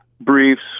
briefs